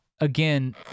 again